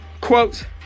quote